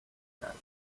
کردند